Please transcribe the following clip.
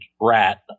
Rat